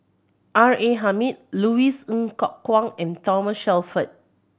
R A Hamid Louis Ng Kok Kwang and Thomas Shelford